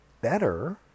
better